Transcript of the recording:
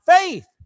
faith